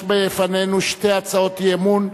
יש בפנינו שתי הצעות אי-אמון,